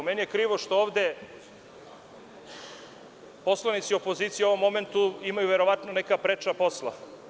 Krivo mi je što ovde poslanici opozicije u ovom momentu imaju verovatno neka preča posla.